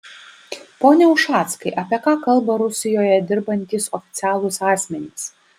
pone ušackai apie ką kalba rusijoje dirbantys oficialūs asmenys